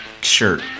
shirt